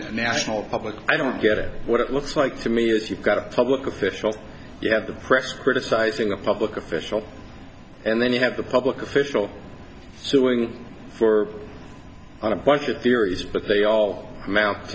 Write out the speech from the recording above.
national public i don't get it what it looks like to me is you've got a public official you have the press criticizing a public official and then you have the public official suing for what the theories but they all mouth